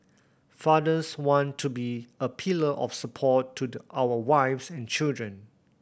fathers want to be a pillar of support to the our wives and children